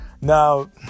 Now